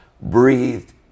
breathed